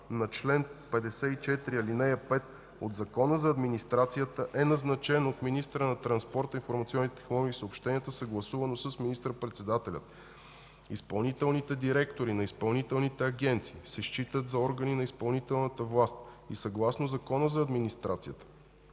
на чл. 54, ал. 5 от Закона за администрацията е назначен от министъра на транспорта, информационните технологии и съобщенията, съгласувано с министър-председателя. Изпълнителните директори на изпълнителните агенции се считат за органи на изпълнителната власт и съгласно Закона за администрацията